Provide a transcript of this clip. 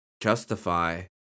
justify